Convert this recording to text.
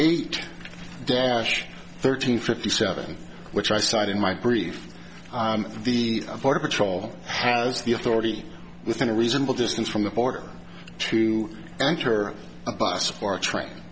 eight dash thirteen fifty seven which i cite in my brief the border patrol has the authority within a reasonable distance from the border to enter a bus or a train